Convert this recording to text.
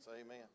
Amen